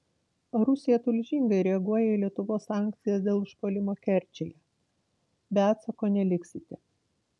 rusija tulžingai reaguoja į lietuvos sankcijas dėl užpuolimo kerčėje be atsako neliksite